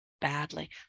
badly